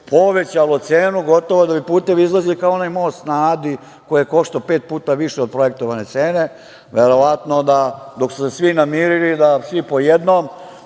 povećao cenu gotovo da bi putevi izlazili kao onaj most na Adi koji je koštao pet puta više od projektovane cene. Verovatno dok su se svi namirili, da svi po jednom,